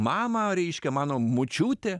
mamą reiškia mano močiutę